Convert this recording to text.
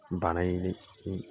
बानायनाय